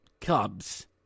Cubs